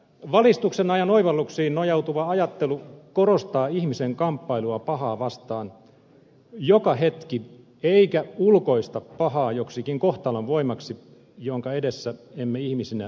valistuksen ajan oivalluksiin nojautuva ajattelu korostaa ihmisen kamppailua pahaa vastaan joka hetki eikä ulkoista pahaa joksikin kohtalon voimaksi jonka edessä emme ihmisinä voi mitään